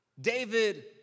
David